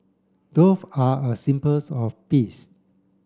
dove are a symbols of peace